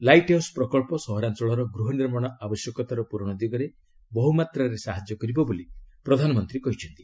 light house ପ୍ରକଳ୍ପ ସହରାଞ୍ଚଳର ଗୃହନିର୍ମାଣ ଆବଶ୍ୟକତାର ପୂରଣ ଦିଗରେ ବହୁମାତ୍ରାରେ ସାହାଯ୍ୟ କରିବ ବୋଲି ପ୍ରଧାନମନ୍ତ୍ରୀ କହିଛନ୍ତି